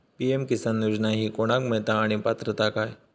PM Kisan योजना ही कोणाक मिळता आणि पात्रता काय?